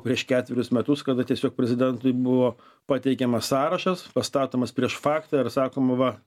ketverius metus kada tiesiog prezidentui buvo pateikiamas sąrašas pastatomas prieš faktą ir sakoma va